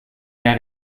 mehr